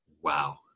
Wow